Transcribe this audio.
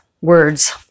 words